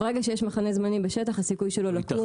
ברגע שיש מחנה זמני בשטח, הסיכוי שלו לקום